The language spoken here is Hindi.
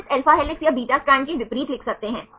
स्टूडेंट phi psi एंगल ले लो तो आप को phi psi एंगल मिलता है